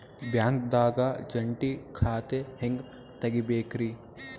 ಬ್ಯಾಂಕ್ದಾಗ ಜಂಟಿ ಖಾತೆ ಹೆಂಗ್ ತಗಿಬೇಕ್ರಿ?